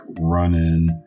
running